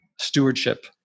stewardship